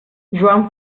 joan